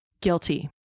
Guilty